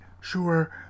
sure